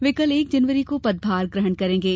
वे कल एक जनवरी को पदभार ग्रहण करेंगे